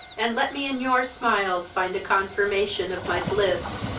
and let me in your smiles find a confirmation of my bliss!